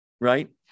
right